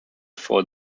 for